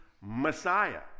Messiah